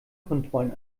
kontrollen